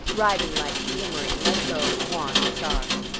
riding lights glimmering like low wan stars.